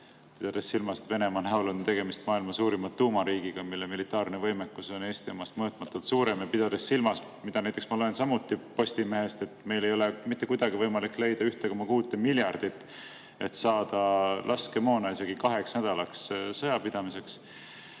pidades silmas, et Venemaa näol on tegemist maailma suurima tuumariigiga, mille militaarne võimekus on Eesti omast mõõtmatult suurem, ja pidades silmas seda, mida ma loen näiteks samuti Postimehest, et meil ei ole mitte kuidagi võimalik leida 1,6 miljardit, et saada laskemoona isegi kahenädalase sõjapidamise